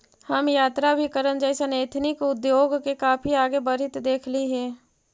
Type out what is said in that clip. हम यात्राभिकरण जइसन एथनिक उद्योग के काफी आगे बढ़ित देखली हे